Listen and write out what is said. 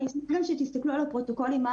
אני אשמח שתסתכלו על הפרוטוקולים כדי לראות